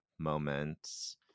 moments